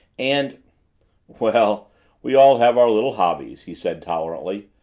and well, we all have our little hobbies, he said tolerantly.